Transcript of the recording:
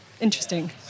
interesting